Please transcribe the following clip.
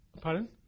Pardon